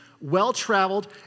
well-traveled